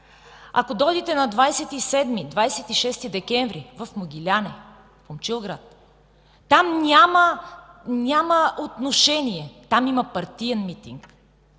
Ако дойдете на 26, 27 декември в Могиляне, Момчилград – там няма отношение, там има партиен митинг!